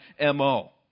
MO